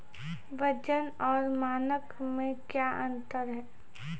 वजन और मानक मे क्या अंतर हैं?